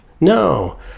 No